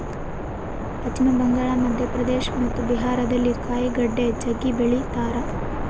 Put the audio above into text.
ಪಶ್ಚಿಮ ಬಂಗಾಳ, ಮಧ್ಯಪ್ರದೇಶ ಮತ್ತು ಬಿಹಾರದಲ್ಲಿ ಕಾಯಿಗಡ್ಡೆ ಜಗ್ಗಿ ಬೆಳಿತಾರ